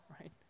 right